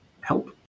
Help